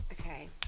Okay